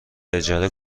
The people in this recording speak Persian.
اجاره